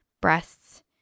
breasts